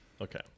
Okay